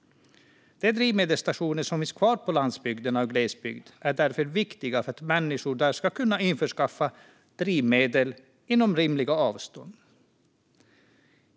De drivmedelsstationer som finns kvar på landsbygderna och i glesbygd är därför viktiga för att människor där ska kunna införskaffa drivmedel inom rimliga avstånd.